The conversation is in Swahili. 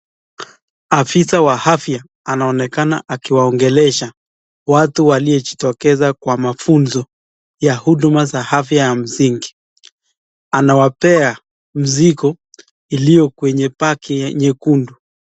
Afisa wa afya anaonekana akiwaongelesha watu waliojitokeza kwa mafunzo ya huduma za afya ya msingi. Anawapea mzigo iliyo kwenye bagi ya nyekundu.